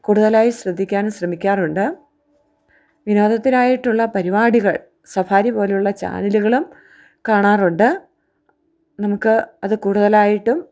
കൂടുതലായി ശ്രദ്ധിക്കാനും ശ്രമിക്കാറുണ്ട് വിനോദത്തിനായിട്ടുള്ള പരിപാടികൾ സഫാരി പോലെയുള്ള ചാനലുകളും കാണാറുണ്ട് നമുക്ക് അത് കൂടുതലായിട്ടും